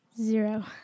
Zero